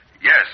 Yes